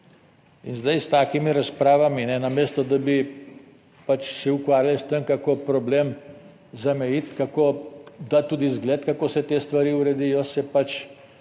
In zdaj s takimi razpravami, namesto, da bi se ukvarjali s tem kako problem zamejiti, kako dati tudi zgled, kako se te stvari uredijo